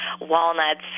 walnuts